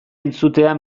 entzutea